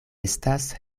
estas